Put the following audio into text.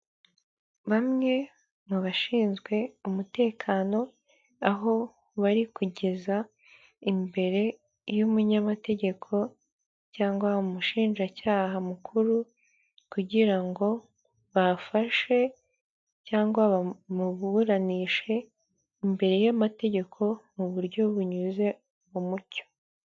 Bamwe mu bashinzwe umutekano aho bari kugeza imbere y' umunyamategeko cyangwa umushinjacyaha mukuru kugira ngo bafashe cyangwa bamuburanishe imbere y'amategeko mu buryo bunyuze mu mucyo.